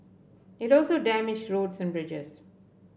it also damaged roads and bridges